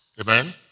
Amen